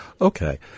Okay